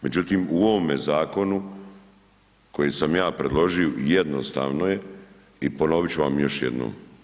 Međutim, u ovome zakonu koji sam ja predložio, jednostavno je i ponovit ću vam još jednom.